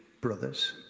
brothers